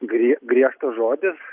grie griežtas žodis